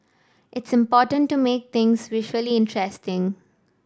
it's important to make things visually interesting